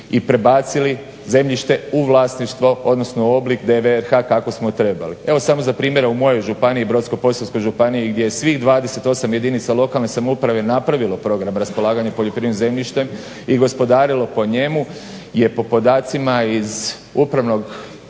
i prebacili zemljište u vlasništvo odnosno u oblik DVRH kako smo trebali. Evo samo za primjere u mojoj županiji Brodsko-posavskoj županiji gdje je svih 28 jedinica lokalne samouprave napravilo program raspolaganja poljoprivrednim zemljištem i gospodarilo po njemu je po podacima iz upravnog